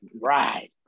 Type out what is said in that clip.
Right